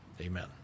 Amen